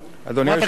חברת הכנסת סולודקין.